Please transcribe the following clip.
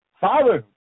Father